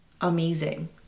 amazing